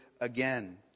again